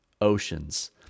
Oceans